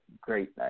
great